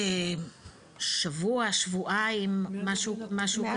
שבוע, שבועיים, משהו כזה.